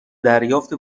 دریافت